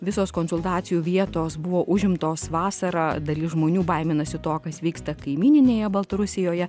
visos konsultacijų vietos buvo užimtos vasarą dalis žmonių baiminasi to kas vyksta kaimyninėje baltarusijoje